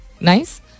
nice